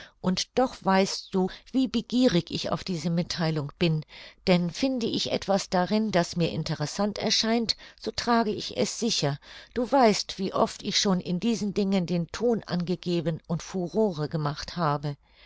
und doch weißt du wie begierig ich auf diese mittheilung bin denn finde ich etwas darin das mir interessant erscheint so trage ich es sicher du weißt wie oft ich schon in diesen dingen den ton angegeben und furore gemacht habe